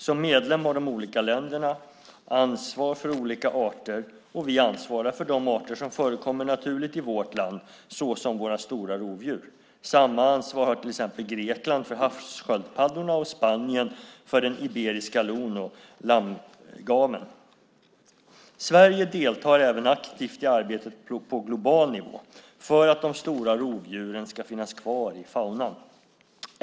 Som medlem har de olika länderna ansvar för olika arter, och vi ansvarar för de arter som förekommer naturligt i vårt land så som våra stora rovdjur. Samma ansvar har Grekland för till exempel havssköldpaddorna och Spanien för den iberiska lon och lammgamen. Sverige deltar även aktivt i arbetet på global nivå för att de stora rovdjuren ska finnas kvar i faunan.